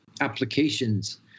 applications